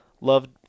loved